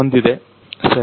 ಸರಿ